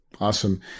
Awesome